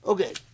Okay